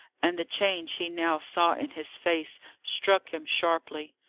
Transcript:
and the change he now saw in his face struck him sharply.